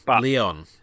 Leon